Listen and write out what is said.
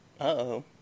Uh-oh